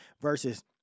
versus